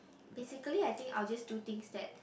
basically I think I will just do things that